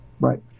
right